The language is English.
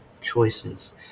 choices